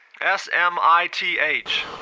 S-M-I-T-H